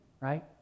right